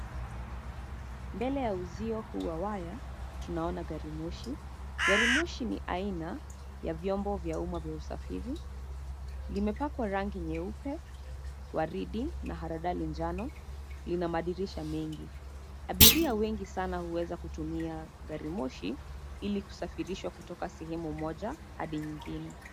Mbele ya uzio huu wa waya, tunaona gari moshi. Gari moshi ni aina ya vyombo vya umma vya usafiri. Limepakwa rangi nyeupe, waridi na haradhali njano, lina madirisha mengi. Abiria wengi sana huweza kutumia gari moshi ili kusafirishwa kutoka sehemu mmoja hadi nyingine.